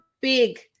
big